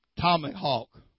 tomahawk